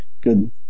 good